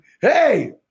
hey